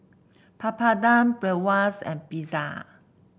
Papadum Bratwurst and Pizza